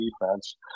defense